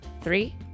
Three